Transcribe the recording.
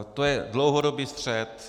To je dlouhodobý střet.